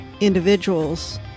Individuals